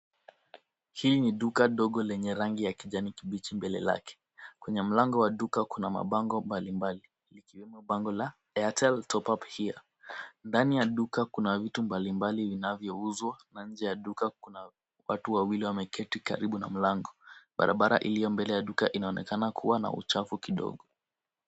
Hii ni duka dogo lenye rangi ya kijani kibichi mbele lake. Kwenye mlango wa duka kuna mabango mbalimbali. Likiwemo bango la Airtel top up here .Ndani ya duka kuna vitu mbalimbali vinavyouzwa na nje ya duka kuna watu wawili wameketi karibu na mlango. Barabara ilio mbele ya duka inaonekana kuwa na uchafu kidogo.